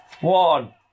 one